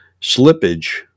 slippage